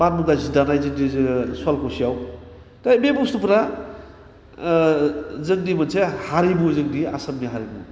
पाट मुगा जि दानाय जोंनि जोङो सुवालकुसियाव दा बे बुसथुफ्रा जोंनि मोनसे हारिमु जोंनि आसामनि हारिमु